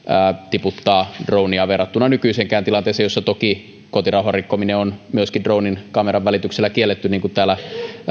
tiputtaa dronea verrattuna nykyiseenkään tilanteeseen jossa toki kotirauhan rikkominen on myöskin dronen kameran välityksellä kielletty niin kuin täällä